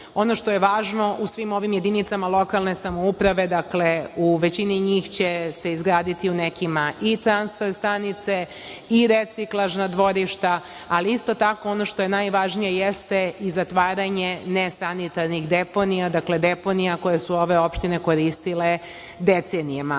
Ono što je važno, u svim ovim jedinicama lokalne samouprave, u većini njih će se izgraditi, u nekima i transfer stanice i reciklažna dvorišta, ali, isto tako, ono što je najvažnije jeste i zatvaranje nesanitarnih deponija, dakle deponija koje su ove opštine koristile decenijama.